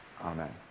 Amen